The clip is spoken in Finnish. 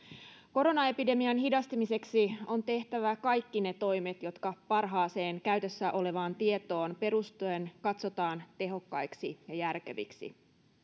koronaepidemian hidastamiseksi on tehtävä kaikki ne toimet jotka parhaaseen käytössä olevaan tietoon perustuen katsotaan tehokkaiksi ja järkeviksi